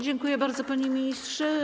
Dziękuję bardzo, panie ministrze.